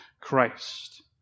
Christ